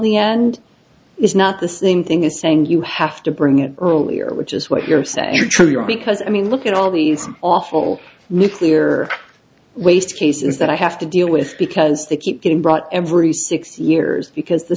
the end is not the same thing as saying you have to bring it earlier which is what you're saying are true because i mean look at all these awful nuclear waste cases that i have to deal with because they keep getting brought every six years because the